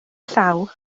llaw